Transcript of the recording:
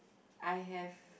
I have